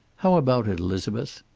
how about it, elizabeth?